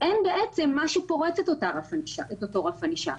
ובעצם אין את מה שיפרוץ את אותו רף ענישה.